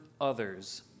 others